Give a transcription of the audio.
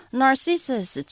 narcissus